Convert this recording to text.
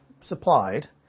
supplied